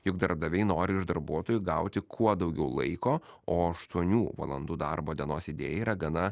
juk darbdaviai nori iš darbuotojų gauti kuo daugiau laiko o aštuonių valandų darbo dienos idėja yra gana